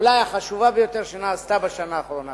אולי החשובה ביותר שנעשתה בשנה האחרונה.